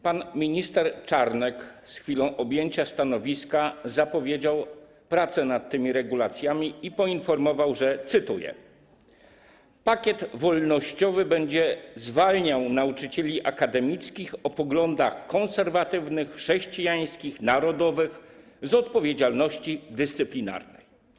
Pan minister Czarnek z chwilą objęcia stanowiska zapowiedział prace nad tymi regulacjami i poinformował, cytuję, że: Pakiet wolnościowy będzie zwalniał nauczycieli akademickich o poglądach konserwatywnych, chrześcijańskich, narodowych z odpowiedzialności dyscyplinarnej.